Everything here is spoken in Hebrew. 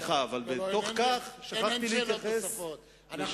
אין שאלות נוספות.